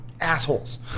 assholes